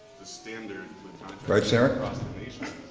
the standard across the nation,